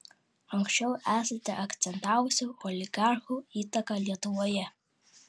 anksčiau esate akcentavusi oligarchų įtaką lietuvoje